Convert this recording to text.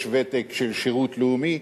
יש ותק של שירות לאומי,